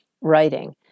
writing